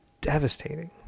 devastating